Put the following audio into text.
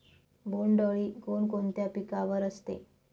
बोंडअळी कोणकोणत्या पिकावर असते?